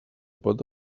pot